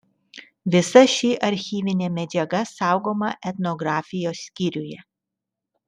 visa ši archyvinė medžiaga saugoma etnografijos skyriuje